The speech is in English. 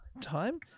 time